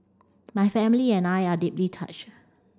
my family and I are deeply touched